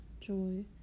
joy